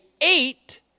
eight